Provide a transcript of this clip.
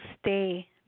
stay